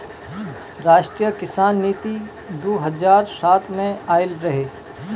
राष्ट्रीय किसान नीति दू हज़ार सात में आइल रहे